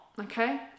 okay